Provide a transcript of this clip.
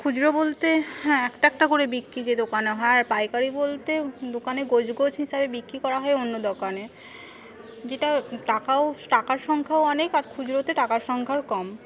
খুচরো বলতে হ্যাঁ একটা একটা করে বিক্রি যে দোকানে হয় পাইকারি বলতে দোকানে গোজ গোজ হিসাবে বিক্রি করা হয় অন্য দোকানে যেটা টাকাও টাকার সংখ্যা অনেক আর খুচরোতে টাকার সংখ্যা কম